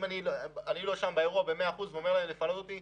אם אני לא שם באירוע במאה אחוזים ואומר להם לפנות אותי,